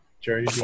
Jerry